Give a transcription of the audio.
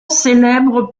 célèbre